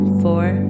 four